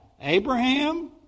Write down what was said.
Abraham